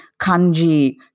kanji